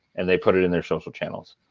and they put it in their social channels.